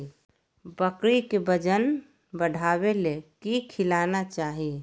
बकरी के वजन बढ़ावे ले की खिलाना चाही?